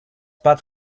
but